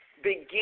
begin